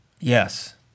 Yes